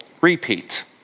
repeat